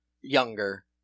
younger